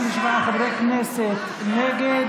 התשפ"ב 2021,